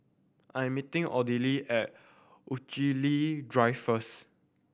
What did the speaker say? I am meeting Odelia at Rochalie Drive first